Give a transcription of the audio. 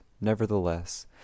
nevertheless